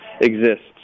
exists